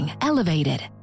elevated